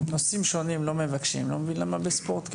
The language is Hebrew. שבנושאים שונים לא מבקשים אני לא מבין למה בספורט כן.